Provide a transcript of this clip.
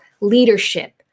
leadership